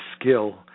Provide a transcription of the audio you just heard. skill